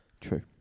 True